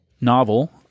novel